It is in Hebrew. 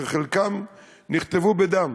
שחלקן נכתבו בדם